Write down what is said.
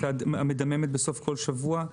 המדממת בסוף כל שבוע.